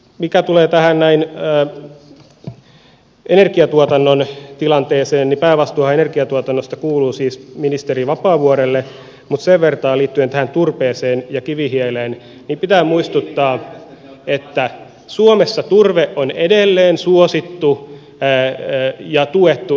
mitä tulee tähän energiatuotannon tilanteeseen niin päävastuuhan energiatuotannosta kuuluu siis ministeri vapaavuorelle mutta sen verran liittyen tähän turpeeseen ja kivihiileen että pitää muistuttaa että suomessa turve on edelleen suosittu ja tuettu energiatuotantomuoto